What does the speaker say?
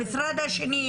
המשרד השני,